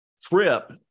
trip